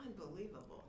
Unbelievable